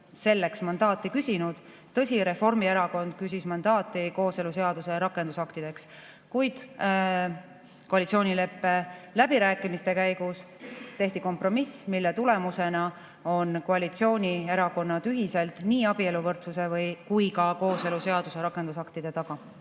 selleks mandaati küsinud. Tõsi, Reformierakond küsis mandaati kooseluseaduse rakendusaktideks, kuid koalitsioonileppe läbirääkimiste käigus tehti kompromiss, mille tulemusena on koalitsioonierakonnad ühiselt nii abieluvõrdsuse kui ka kooseluseaduse rakendusaktide taga.